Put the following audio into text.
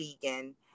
vegan